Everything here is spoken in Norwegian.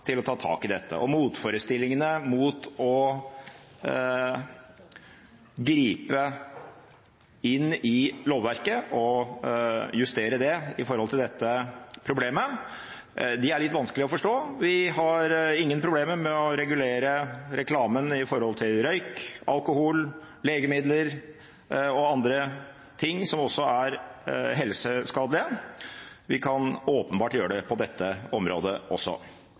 for å ta tak i dette. Motforestillingene mot å gripe inn i lovverket og justere det når det gjelder dette problemet, er litt vanskelige å forstå. Vi har ingen problemer med å regulere reklamen når det gjelder røyk, alkohol, legemidler og andre ting som også er helseskadelige. Vi kan åpenbart gjøre det på dette området også.